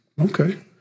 Okay